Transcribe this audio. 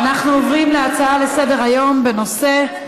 ואנחנו עוברים להצעות לסדר-היום בנושא: